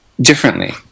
differently